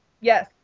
Yes